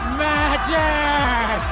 magic